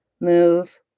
move